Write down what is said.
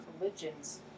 religions